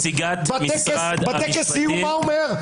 מה הוא אומר?